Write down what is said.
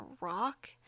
rock